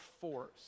force